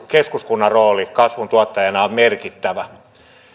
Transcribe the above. keskuskunnan rooli kasvun tuottajana on merkittävä